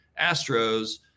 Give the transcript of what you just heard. Astros